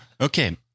Okay